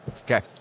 Okay